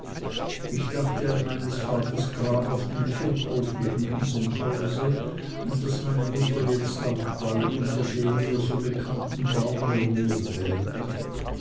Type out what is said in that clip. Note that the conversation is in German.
ich dachte an meines vaters grab auf dem kirchhof neben unserm hause und daß meine mutter jetzt auch bald unter dem mir so bekannten baume ruhen werde